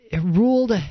Ruled